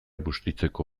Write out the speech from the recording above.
bustitzeko